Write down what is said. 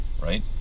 right